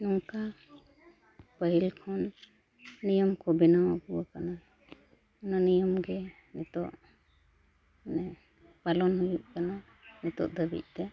ᱱᱚᱝᱠᱟ ᱯᱟᱹᱦᱤᱞ ᱠᱷᱚᱱ ᱱᱤᱭᱚᱢ ᱠᱚ ᱵᱮᱱᱟᱣ ᱟᱹᱜᱩ ᱟᱠᱟᱱᱟ ᱚᱱᱟ ᱱᱤᱭᱚᱢ ᱜᱮ ᱱᱤᱛᱚᱜ ᱢᱟᱱᱮ ᱯᱟᱞᱚᱱ ᱦᱩᱭᱩᱜ ᱠᱟᱱᱟ ᱱᱤᱛᱚᱜ ᱫᱷᱟᱹᱵᱤᱡᱛᱮ